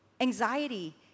anxiety